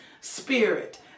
spirit